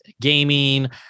gaming